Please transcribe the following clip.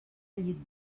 llit